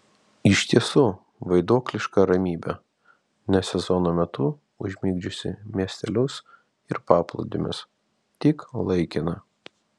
iš tiesų vaiduokliška ramybė ne sezono metu užmigdžiusi miestelius ir paplūdimius tik laikina